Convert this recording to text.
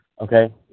Okay